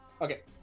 Okay